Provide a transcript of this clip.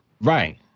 Right